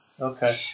okay